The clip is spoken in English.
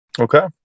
Okay